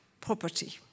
property